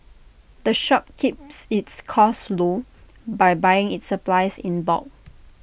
the shop keeps its costs low by buying its supplies in bulk